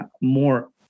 more